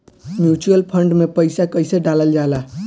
Mutual fund मे पईसा कइसे डालल जाला?